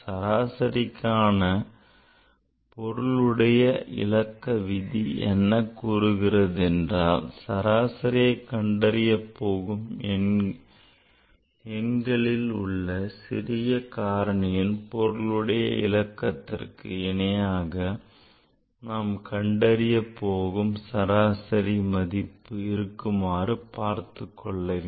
சராசரிக்கான பொருளுடைய இலக்க விதி என்ன கூறுகிறது என்றால் சராசரியை கண்டறிய போகும் எண்களில் உள்ள சிறிய காரணியின் பொருளுடைய இலக்கத்திற்கு இணையாக நாம் கண்டறிய போகும் சராசரி மதிப்பு இருக்குமாறு பார்த்துக் கொள்ள வேண்டும்